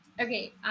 Okay